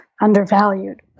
undervalued